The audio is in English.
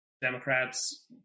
Democrats